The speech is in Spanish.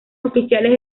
oficiales